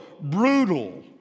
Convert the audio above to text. brutal